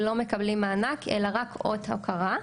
לא מקבלים מענק אלא רק אות הוקרה,